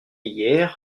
hier